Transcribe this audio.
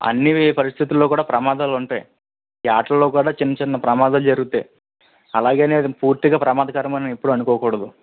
అనేవి పరిస్థితులల్లో కూడా ప్రమాదాలుంటాయి ఈ ఆటలల్లో కూడా చిన్న చిన్న ప్రమాదాలు జరుగుతాయి అలాగని అది పూర్తిగా ప్రమాదకరం అని ఎప్పుడు అనుకోకూడదు